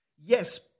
Yes